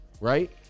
right